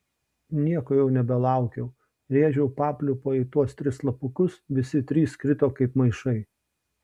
nieko jau nebelaukiau rėžiau papliūpą į tuos tris slapukus visi trys krito kaip maišai